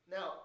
Now